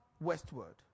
westward